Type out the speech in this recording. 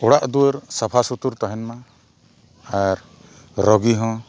ᱚᱲᱟᱜ ᱫᱩᱣᱟᱹᱨ ᱥᱟᱯᱷᱟ ᱥᱩᱛᱨᱟᱹ ᱛᱟᱦᱮᱱ ᱢᱟ ᱟᱨ ᱨᱩᱜᱤ ᱦᱚᱸ